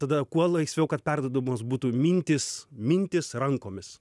tada kuo laisviau kad perduodamos būtų mintys mintys rankomis